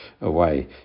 Away